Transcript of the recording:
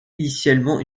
initialement